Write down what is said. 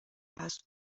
هست